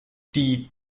die